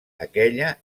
aquella